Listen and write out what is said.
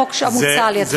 החוק המוצע על-ידיכם?